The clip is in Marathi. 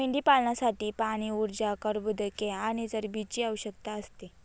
मेंढीपालनासाठी पाणी, ऊर्जा, कर्बोदके आणि चरबीची आवश्यकता असते